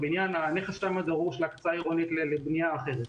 הנכס שם דרוש להקצאה עירונית לבנייה אחרת.